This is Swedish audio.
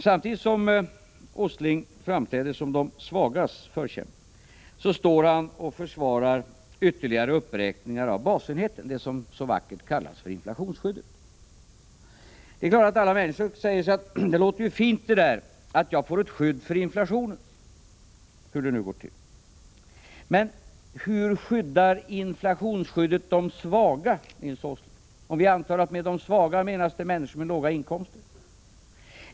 Samtidigt som Åsling framträder som de svagas förkämpe försvarar han ytterligare uppräkningar av basenheten, det som så vackert kallas för inflationsskyddet. Det är klart att alla människor säger sig: Det låter ju fint att jag får ett skydd för inflationen — hur det nu går till. Men hur skyddar inflationsskyddet de svaga, Nils Åsling, om vi antar att med ”de svaga” menas människor med låga inkomster?